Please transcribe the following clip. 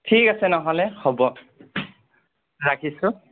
ঠিক আছে নহ'লে হ'ব ৰাখিছোঁ